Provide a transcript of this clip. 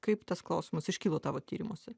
kaip tas klausimas iškilo tavo tyrimuose